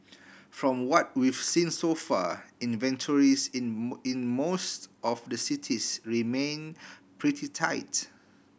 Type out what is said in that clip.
from what we've seen so far inventories in in most of the cities remain pretty tight